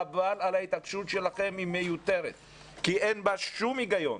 חבל על ההתעקשות שלכם שהיא מיותרת כי אין בה שום היגיון.